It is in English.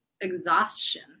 exhaustion